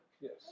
Yes